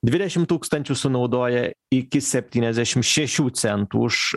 dvidešim tūkstančių sunaudoja iki septyniasdešim šešių centų už